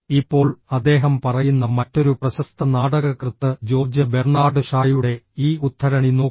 ഇപ്പോൾ അദ്ദേഹം പറയുന്ന മറ്റൊരു പ്രശസ്ത നാടകകൃത്ത് ജോർജ്ജ് ബെർണാഡ് ഷായുടെ ഈ ഉദ്ധരണി നോക്കൂ